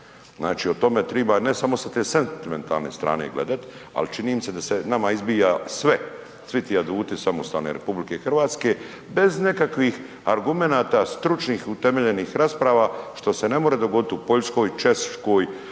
Znači o tom treba ne samo sa te sentimentalne strane gledat, ali čini mi se da se nama izbija sve, svi ti aduti samostalne RH bez nekakvih argumenata stručnih utemeljenih rasprava što se ne more dogoditi u Poljskoj, Češkoj,